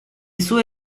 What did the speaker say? sue